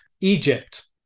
Egypt